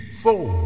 four